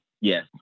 Yes